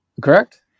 Correct